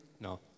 no